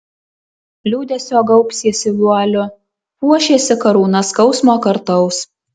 liūdesio gaubsiesi vualiu puošiesi karūna skausmo kartaus